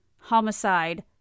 Homicide